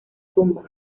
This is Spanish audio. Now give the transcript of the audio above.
tumbas